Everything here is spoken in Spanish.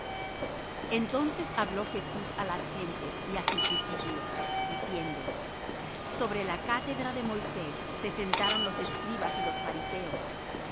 entonces habló jesús á las gentes y á sus discípulos diciendo sobre la cátedra de moisés se sentaron los escribas y los fariseos